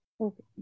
Okay